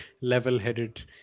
level-headed